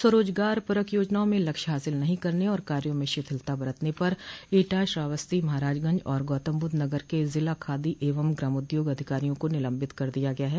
स्वरोजगार परक योजनाओं में लक्ष्य हासिल नहीं करने और कार्यो में शिथिलता बरतने पर एटा श्रावस्ती महराजगंज और गौतमबुद्ध नगर के जिला खादी एवं ग्रामोद्योग अधिकारियों को निलम्बित कर दिया गया है